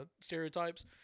stereotypes